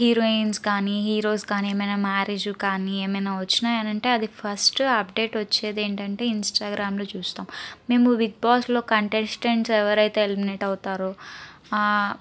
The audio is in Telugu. హీరోయిన్స్ కానీ హీరోస్ కానీ ఏమైనా మ్యారేజ్ కానీ ఏమైనా వచ్చినాయనంటే ఫస్ట్ అప్డేట్ వచ్చేది ఏంటంటే ఇంస్టాగ్రామ్లో చూస్తాం మేము బిగ్బాస్లో కంటెన్టెన్స్ ఎవరైతే ఎలిమినేట్ అవుతారో